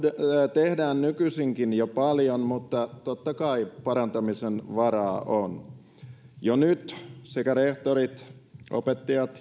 tehdään nykyisinkin jo paljon mutta totta kai parantamisen varaa on jo nyt sekä rehtorit opettajat